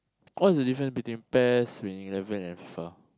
what's the difference between Pes between and Fifa